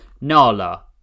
Nala